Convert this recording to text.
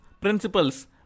principles